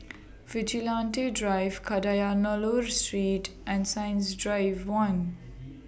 Vigilante Drive Kadayanallur Street and Science Drive one